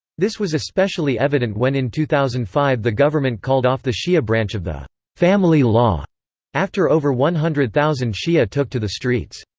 this was especially evident when in two thousand and five the government called off the shia branch of the family law after over one hundred thousand shia took to the streets.